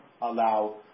allow